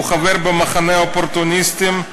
הוא חבר במחנה האופורטוניסטים,